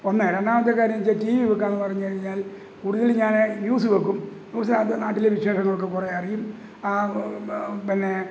ഒന്ന് രണ്ടാമത്തെ കാര്യം വെച്ചാൽ ടി വി വയ്ക്കുക എന്ന് പറഞ്ഞ് കഴിഞ്ഞാൽ കൂടുതൽ ഞാൻ ന്യൂസ് വയ്ക്കും ന്യൂസിനകത്ത് നാട്ടിലെ വിശേഷങ്ങളൊക്കെ കുറേ അറിയും ആ പിന്നെ